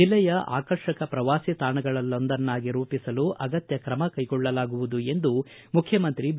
ಜಿಲ್ಲೆಯ ಆಕರ್ಷಕ ಪ್ರವಾಸಿ ತಾಣಗಳಲ್ಲೊಂದನ್ನಾಗಿ ರೂಪಿಸಲು ಅಗತ್ಯ ತ್ರಮ ಕೈಗೊಳಲಾಗುವುದು ಎಂದು ಮುಖ್ಯಮಂತ್ರಿ ಬಿ